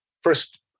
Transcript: first